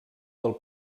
del